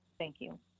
thank you.